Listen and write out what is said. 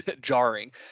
jarring